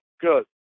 Good